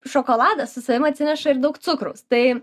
šokoladas su savim atsineša ir daug cukraus tai